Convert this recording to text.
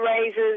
raises